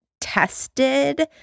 tested